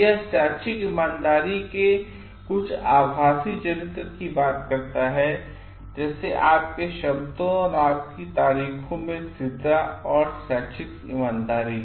तो यहशैक्षिक ईमानदारीके कुछ आभासीचरित्रकी बात करता है जैसे आपके शब्दों और आपकी तारीखों में स्थिरता एवं शैक्षिक ईमानदारी